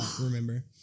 remember